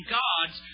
gods